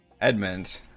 Edmund